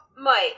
Mike